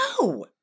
no